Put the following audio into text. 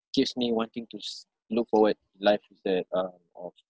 keeps me wanting to s~ look forward to life is that uh of